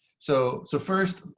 so so first,